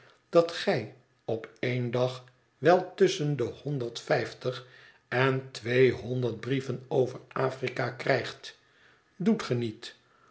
dat gij op één dag wel tusschen de honderd vijftig en tweehonderd blieven over afrika krijgt doet